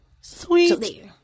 sweet